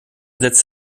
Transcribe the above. setzt